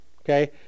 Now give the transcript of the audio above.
okay